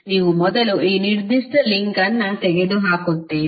ನೀವು ಮೊದಲು ಈ ನಿರ್ದಿಷ್ಟ ಲಿಂಕ್ ಅನ್ನು ತೆಗೆದುಹಾಕುತ್ತೀರಿ